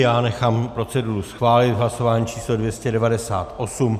Já nechám proceduru schválit v hlasování číslo 298.